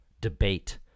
debate